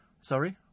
sorry